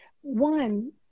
one